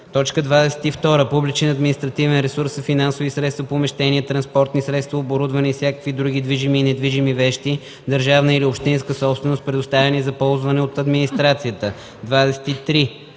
кодекс. 22. „Публичен административен ресурс” са финансови средства, помещения, транспортни средства, оборудване и всякакви други движими и недвижими вещи – държавна или общинска собственост, предоставени за ползване от администрацията. 23.